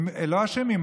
והם לא אשמים,